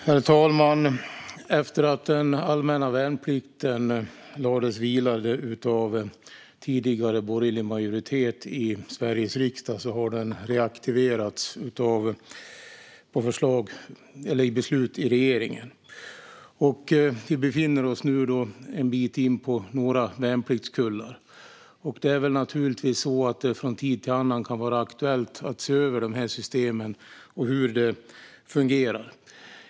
Herr talman! Efter att den allmänna värnplikten lades vilande av en tidigare borgerlig majoritet i Sveriges riksdag har den reaktiverats enligt beslut av regeringen. Vi befinner oss nu en bit in på några värnpliktskullar. Det är naturligtvis så att det från tid till annan kan vara aktuellt att se över de här systemen och hur de fungerar.